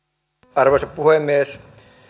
arvoisa puhemies